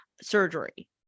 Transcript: surgery